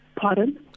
Pardon